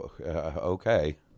Okay